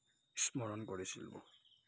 স্মৰণ কৰিছিলোঁ